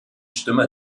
stimme